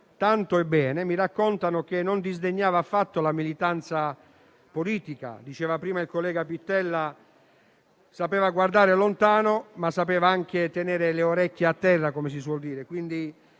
tanto e bene. Mi raccontano che non disdegnava affatto la militanza politica. Diceva prima il collega Pittella che sapeva guardare lontano, ma sapeva anche tenere le orecchie a terra - come si suol dire